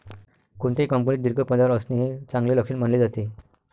कोणत्याही कंपनीत दीर्घ पदावर असणे हे चांगले लक्षण मानले जाते